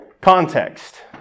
Context